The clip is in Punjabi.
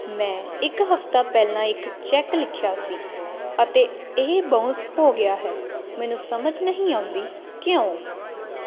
ਮੈਂ ਇੱਕ ਹਫ਼ਤਾ ਪਹਿਲਾਂ ਇੱਕ ਚੈੱਕ ਲਿਖਿਆ ਸੀ ਅਤੇ ਇਹ ਬਾਊਂਸ ਹੋ ਗਿਆ ਹੈ ਮੈਨੂੰ ਸਮਝ ਨਹੀਂ ਆਉਂਦੀ ਕਿਉਂ